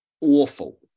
awful